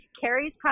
Carrie's